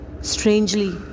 Strangely